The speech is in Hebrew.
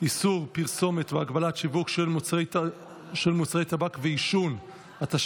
איסור פרסומת והגבלת השיווק של מוצרי טבק ועישון (תיקון,